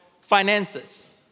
finances